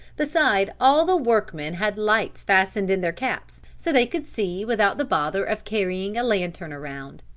beside all the workmen had lights fastened in their caps so they could see without the bother of carrying a lantern around.